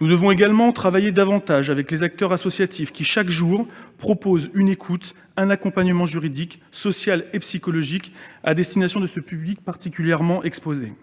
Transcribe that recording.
Nous devons également travailler davantage avec les acteurs associatifs qui, chaque jour, proposent une écoute, un accompagnement juridique, social et psychologique à destination de ce public particulièrement exposé.